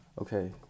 Okay